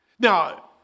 Now